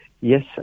Yes